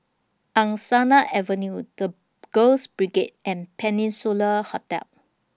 Angsana Avenue The Girls Brigade and Peninsula Hotel